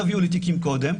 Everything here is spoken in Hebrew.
תביאו לי תיקים קודם,